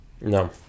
No